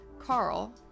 Carl